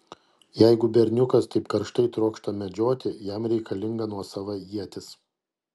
jeigu berniukas taip karštai trokšta medžioti jam reikalinga nuosava ietis